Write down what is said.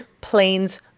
planes